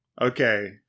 Okay